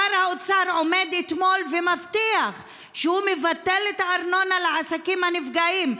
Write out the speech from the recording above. שר האוצר עמד אתמול והבטיח שהוא מבטל את הארנונה לעסקים הנפגעים,